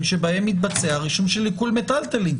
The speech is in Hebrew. שבהם מתבצע רישום של עיקול מיטלטלין.